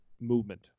movement